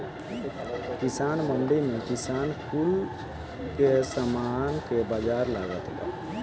किसान मंडी में किसान कुल के सामान के बाजार लागता बा